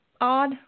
odd